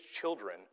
children